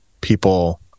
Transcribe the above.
people